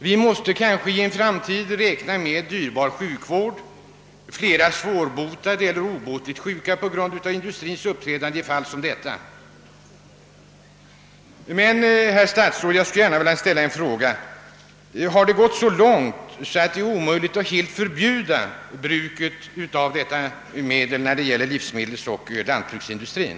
Vi måste kanske i framtiden räkna med dyrbar sjukvård och många svårbotade eller obotligt sjuka på grund av industriens uppträdande i detta fall. långt att det är omöjligt att helt förbjuda bruket av antibiotika i livsmedelsoch lantbruksindustrien?